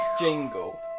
Jingle